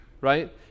Right